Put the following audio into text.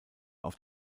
auf